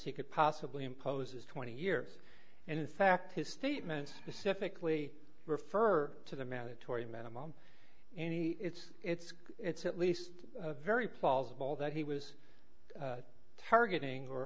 he could possibly impose is twenty years and in fact his statement specifically referred to the mandatory minimum any it's it's it's at least very paul's ball that he was targeting or